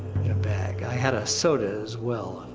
bag, i had a soda as well.